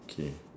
K